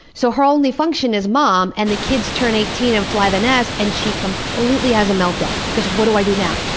so her only function is mom, and the kids turn eighteen and fly the nest and she completely has a meltdown. what do i do now?